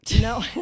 no